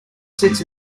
sits